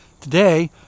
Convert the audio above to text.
Today